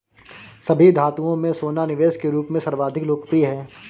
सभी धातुओं में सोना निवेश के रूप में सर्वाधिक लोकप्रिय है